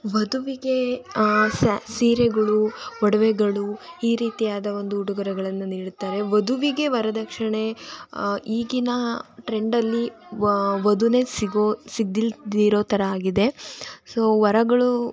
ವಧುವಿಗೆ ಸ್ಯಾ ಸೀರೆಗಳು ಒಡವೆಗಳು ಈ ರೀತಿಯಾದ ಒಂದು ಉಡುಗೊರೆಗಳನ್ನು ನೀಡುತ್ತಾರೆ ವಧುವಿಗೆ ವರದಕ್ಷಿಣೆ ಈಗಿನ ಟ್ರೆಂಡಲ್ಲಿ ವಧುನೇ ಸಿಗೋ ಸಿಗದಿಲ್ದಿರೋ ಥರ ಆಗಿದೆ ಸೊ ವರಗಳು